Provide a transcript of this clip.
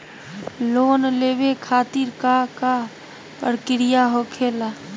Loan लेवे खातिर का का प्रक्रिया होखेला?